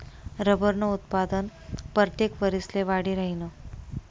रबरनं उत्पादन परतेक वरिसले वाढी राहीनं